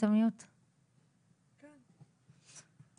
לעשות בדיקות דם